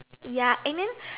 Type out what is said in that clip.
ya and then